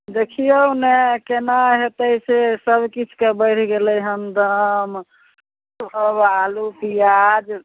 देखियौ ने केना होयतै से सब किछुके बढ़ि गेलै हन दाम सब आलु पिआज